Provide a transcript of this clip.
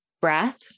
breath